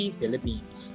Philippines